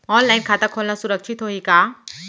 Online खाता खोलना सुरक्षित होही का?